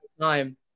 time